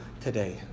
today